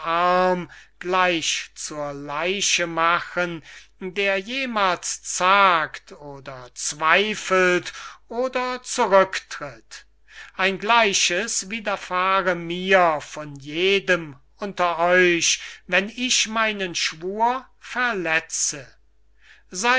gleich zur leiche machen der jemals zagt oder zweifelt oder zurücktritt ein gleiches widerfahre mir von jedem unter euch wenn ich meinen schwur verletze